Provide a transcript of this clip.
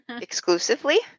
exclusively